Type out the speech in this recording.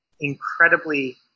incredibly